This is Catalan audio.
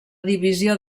divisió